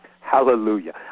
Hallelujah